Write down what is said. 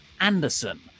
Anderson